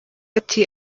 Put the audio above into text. ati